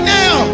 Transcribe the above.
now